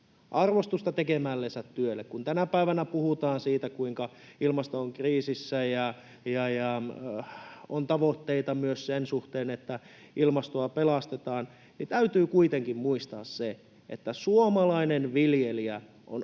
arvostusta tekemällensä työlle. Kun tänä päivänä puhutaan siitä, kuinka ilmasto on kriisissä ja on tavoitteita myös sen suhteen, että ilmastoa pelastetaan, niin täytyy kuitenkin muistaa, että suomalainen viljelijä on